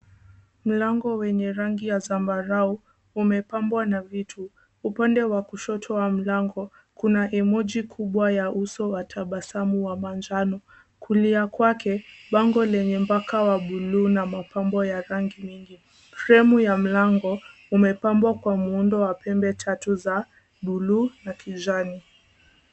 Mlango wenye rangi ya zambarau umepambwa na vitu. Upande wa kushoto wa mlango kuna emoji kubwa ya uso wa tabasamu wa manjano, kulia kwake bango lenye mpaka wa buluu na mapambo ya rangi nyingi. Frame ya mlango umepambwa kwa muundo wa pembe tatu za buluu na kijani.